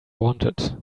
wanted